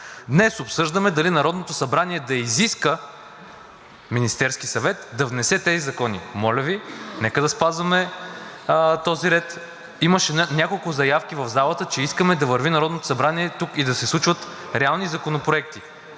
Днес обсъждаме дали Народното събрание да изиска Министерският съвет да внесе тези закони. Моля Ви, нека да спазваме този ред. Имаше няколко заявки в залата, че искаме да върви Народното събрание и да се случват реални законопроекти.